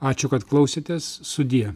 ačiū kad klausėtės sudie